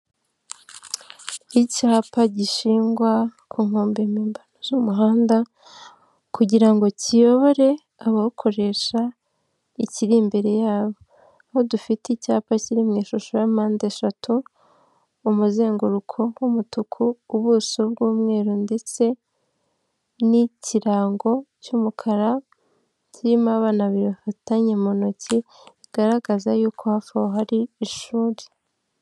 Icyapa gishingwa ku nkombe mpimbano z'umuhanda kugira ngo kiyobore abawukoresha ikiri imbere yabo, aho dufite icyapa kiri mu ishusho y' mpande eshatu, umuzenguruko w'umutuku, ubuso bw'umweru ndetse n'ikirango cy'umukara kirimo abana bifatanye mu ntoki bigaragaza yuko hafi aho hari ishuri.